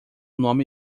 nome